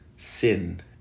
Sin